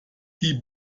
die